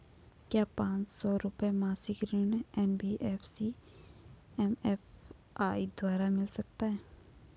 क्या पांच सौ रुपए मासिक ऋण एन.बी.एफ.सी एम.एफ.आई द्वारा मिल सकता है?